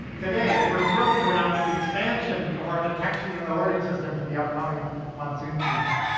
today, we're thrilled to announce the expansion of our detection and alerting system for the upcoming monsoon season.